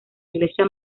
iglesia